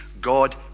God